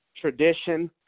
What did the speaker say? tradition